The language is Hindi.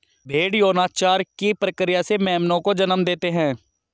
भ़ेड़ यौनाचार की प्रक्रिया से मेमनों को जन्म देते हैं